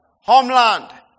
homeland